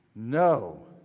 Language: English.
No